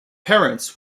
parents